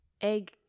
egg